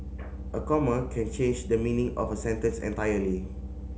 a comma can change the meaning of a sentence entirely